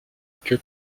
que